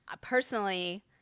Personally